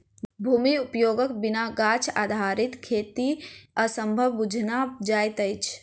भूमि उपयोगक बिना गाछ आधारित खेती असंभव बुझना जाइत अछि